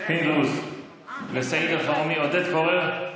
וסעיד אלחרומי ועודד פורר,